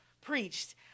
preached